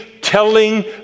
telling